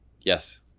Yes